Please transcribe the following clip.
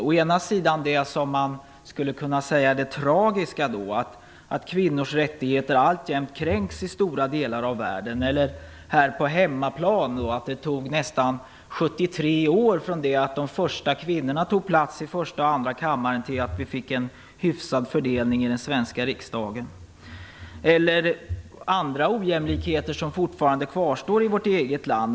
Å ena sidan är det vad man skulle kunna säga är det tragiska, att kvinnors rättigheter alltjämt kränks i stora delar av världen, eller att det här på hemmaplan tog nästan 73 år från det att de första kvinnorna tog plats i första och andra kammaren till att vi fick en hyfsad fördelning i den svenska riksdagen. Det finns andra ojämlikheter som fortfarande kvarstår i vårt eget land.